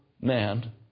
man